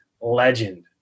legend